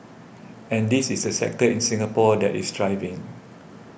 and this is a sector in Singapore that is thriving